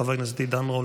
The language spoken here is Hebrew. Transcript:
חבר הכנסת עידן רול,